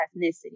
ethnicity